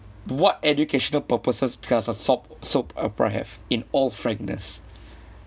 what educational purposes does a soap soap opera have in all frankness